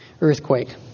earthquake